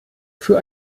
für